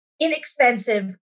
inexpensive